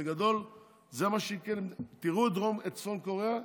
בגדול תראו את צפון קוריאה,